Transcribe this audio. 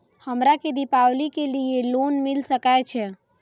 हमरा के दीपावली के लीऐ लोन मिल सके छे?